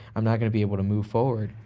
i'm not going to be able to move forward.